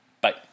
Bye